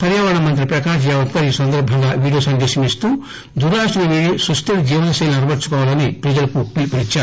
పర్యావరణ మంత్రి ప్రకాశ్ జవదేకర్ ఈ సందర్భంగా వీడియో సందేశమిస్తూ దురాశను వీడి సుస్లిర జీవన శైలీ ని అలవరుచుకోవాలని ప్రజలకు పిలుపు ఇచ్చారు